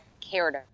cared